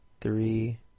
three